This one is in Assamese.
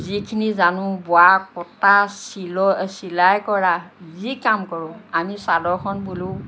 যিখিনি জানো বোৱা কটা চিল চিলাই কৰা যি কাম কৰোঁ আমি চাদৰখন বলেও